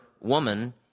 woman